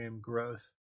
growth